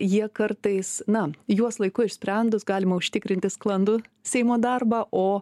jie kartais na juos laiku išsprendus galima užtikrinti sklandų seimo darbą o